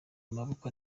amaboko